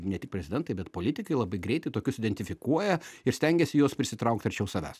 ne tik prezidentai bet politikai labai greitai tokius identifikuoja ir stengiasi juos prisitraukt arčiau savęs